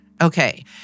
Okay